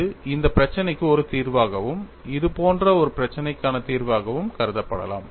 இது இந்த பிரச்சினைக்கு ஒரு தீர்வாகவும் இது போன்ற ஒரு பிரச்சினைக்கான தீர்வாகவும் கருதப்படலாம்